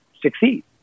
succeed